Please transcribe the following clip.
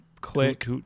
Click